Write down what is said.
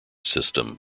system